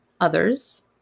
others